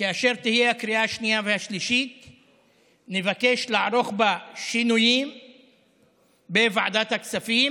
כאשר תהיה הקריאה השנייה והשלישית נבקש לערוך בה שינויים בוועדת הכספים,